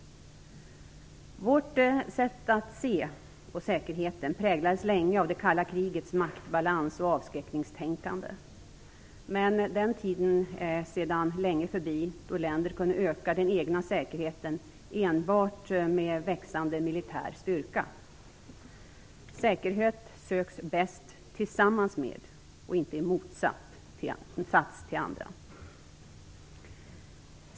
Vårt sätt att se på säkerhet präglades länge av det kalla krigets maktbalans och avskräckningstänknade. Men den tiden är sedan länge förbi då länder kunde öka den egna säkerheten enbart med växande militär styrka. Säkerhet söks bäst tillsammans med och inte i motsats till andra.